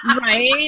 Right